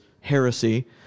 heresy